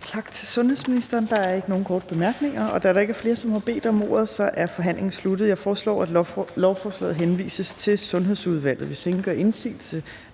Kl. 14:38 Tredje næstformand (Trine Torp): Tak til sundhedsministeren. Der er ikke nogen korte bemærkninger. Da der ikke er flere, der har bedt om ordet, er forhandlingen sluttet. Jeg foreslår, at lovforslaget henvises til Sundhedsudvalget. Hvis ingen gør indsigelse,